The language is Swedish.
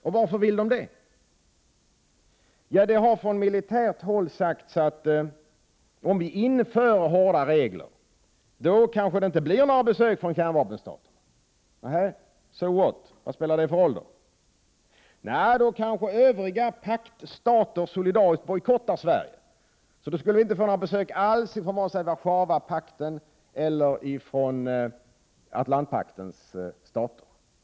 Och varför vill militären det? Det har från militärt håll sagts att om Sverige inför hårda regler kanske det inte blir några besök från kärnvapenstaterna. Men vad spelar det för roll? Jo, då kanske Övriga paktstater solidariskt bojkottar Sverige. Då skulle Sverige inte få några besök alls från vare sig Warszawa-pakten eller Atlantpaktens stater.